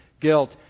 guilt